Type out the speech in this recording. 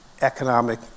economic